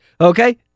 okay